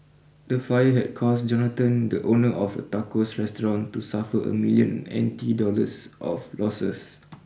the fire had caused Jonathon the owner of Tacos restaurant to suffer a million N T dollars of losses